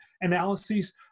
analyses